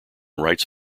rights